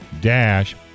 dash